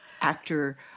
actor